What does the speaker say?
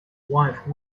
wife